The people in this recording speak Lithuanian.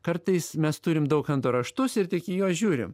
kartais mes turim daukanto raštus ir tik į juos žiūrim